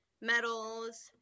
medals